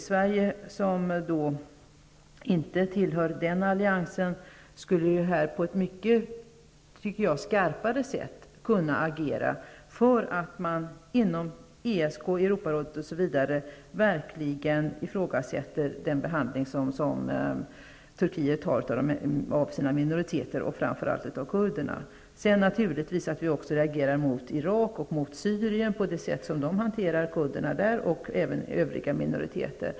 Sverige, som inte tillhör den alliansen, skulle på ett mycket skarpare sätt kunna agera för att man inom ESK, Europarådet osv. verkligen ifrågasätter den behandling som Turkiet utsätter sina minoriteter, framför allt den kurdiska, för. Sedan skall vi naturligtvis reagera mot Iraks och Syriens sätt att hantera kurderna och övriga minoriteter.